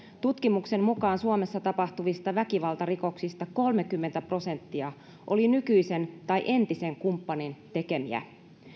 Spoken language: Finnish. tutkimuksen mukaan suomessa tapahtuvista väkivaltarikoksista kolmekymmentä prosenttia oli nykyisen tai entisen kumppanin tekemiä